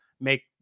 make